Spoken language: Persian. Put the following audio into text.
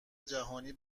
جهانی